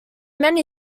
many